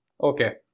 okay